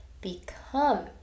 become